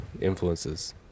influences